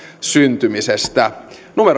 syntymisestä